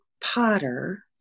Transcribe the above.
potter